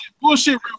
Bullshit